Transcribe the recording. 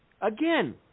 Again